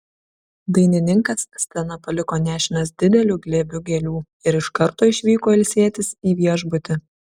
dainininkas sceną paliko nešinas dideliu glėbiu gėlių ir iš karto išvyko ilsėtis į viešbutį